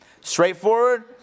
Straightforward